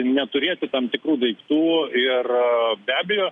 neturėti tam tikrų daiktų ir be abejo